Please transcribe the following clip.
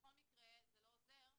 בכל מקרה זה לא עוזר,